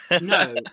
no